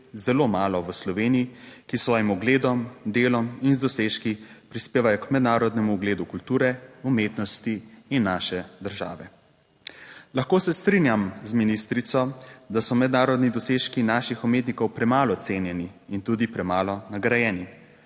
zelo malo v Sloveniji, ki s svojim ugledom, delom in z dosežki prispevajo k mednarodnemu ugledu kulture, umetnosti in naše države. Lahko se strinjam z ministrico, da so mednarodni dosežki naših umetnikov premalo cenjeni in tudi premalo nagrajeni,